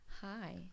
hi